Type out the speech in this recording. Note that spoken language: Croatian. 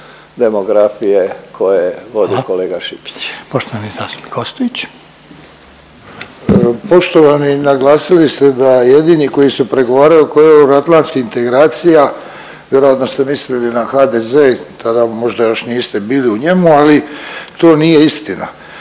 Poštovani zastupnik Ostojić. **Ostojić, Ranko (SDP)** Poštovani naglasili ste da jedini koji su pregovarali oko euroatlantskih integracija vjerojatno ste mislili na HDZ i tada možda još niste bili u njemu, ali to nije istina.